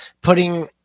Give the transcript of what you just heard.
putting